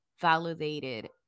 validated